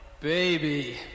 Baby